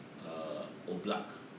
err oblak